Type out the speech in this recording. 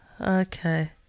Okay